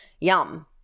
yum